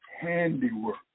handiwork